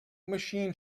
machine